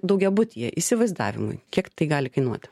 daugiabutyje įsivaizdavimui kiek tai gali kainuoti